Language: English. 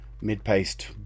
mid-paced